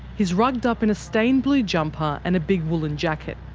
he's rugged up in a stained blue jumper and a big woolen jacket.